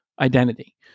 identity